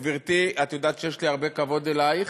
גברתי, את יודעת שיש לי הרבה כבוד אלייך,